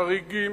חריגים,